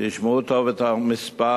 תשמעו טוב את המספר